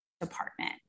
department